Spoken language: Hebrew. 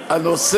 תאריך.